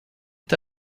est